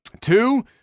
Two